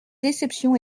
déception